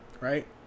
Right